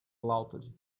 laughed